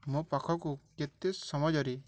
ମୋ ପାଖକୁ କେତେ ସମୟରେ